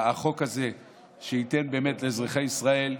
החוק הזה ייתן באמת לאזרחי ישראל,